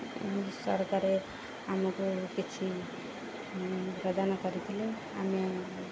ସରକାର ଆମକୁ କିଛି ପ୍ରଦାନ କରିଥିଲେ ଆମେ